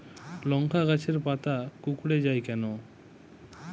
লংকা গাছের পাতা কুকড়ে যায় কেনো?